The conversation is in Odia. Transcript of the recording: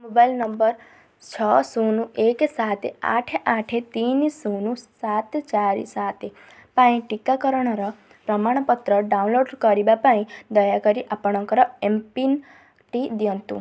ମୋବାଇଲ୍ ନମ୍ବର୍ ଛଅ ଶୂନ ଏକ ସାତ ଆଠ ଆଠ ତିନି ଶୂନ ସାତ ଚାରି ସାତ ପାଇଁ ଟିକାକରଣର ପ୍ରମାଣପତ୍ର ଡାଉନଲୋଡ଼୍ କରିବା ପାଇଁ ଦୟାକରି ଆପଣଙ୍କର ଏମ୍ପିନ୍ ଟି ଦିଅନ୍ତୁ